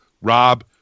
Rob